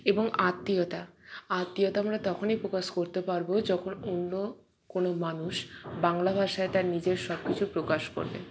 এবং আত্মীয়তা আত্মীয়তা আমরা তখনই প্রকাশ করতে পারব যখন অন্য কোনো মানুষ বাংলা ভাষায় তার নিজের সবকিছু প্রকাশ করবে